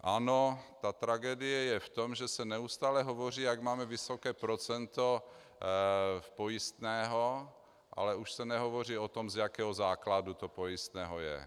Ano, tragédie je v tom, že se neustále hovoří, jak máme vysoké procento pojistného, ale už se nehovoří o tom, z jakého základu to pojistné je.